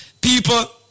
People